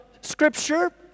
Scripture